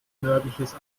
nördliches